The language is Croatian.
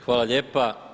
Hvala lijepa.